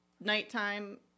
nighttime